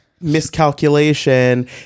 miscalculation